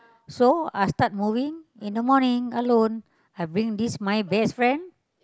so I started moving in the morning alone have been this my best friend